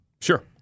Sure